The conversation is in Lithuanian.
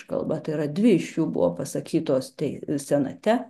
kalba yra dvi iš šių buvo pasakytos tai senate